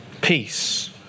Peace